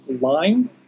line